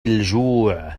الجوع